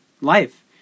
life